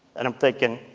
and i'm thinking,